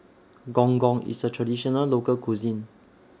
Gong Gong IS A Traditional Local Cuisine